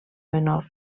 menor